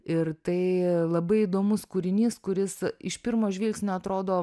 ir tai labai įdomus kūrinys kuris iš pirmo žvilgsnio atrodo